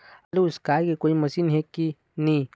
आलू उसकाय के कोई मशीन हे कि नी?